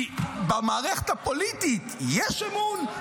כי במערכת הפוליטית יש אמון?